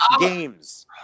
games